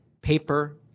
paper